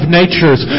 natures